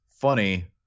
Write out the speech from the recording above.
funny